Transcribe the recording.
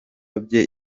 bye